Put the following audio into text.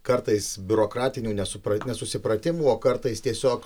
kartais biurokratinių nesupra nesusipratimų o kartais tiesiog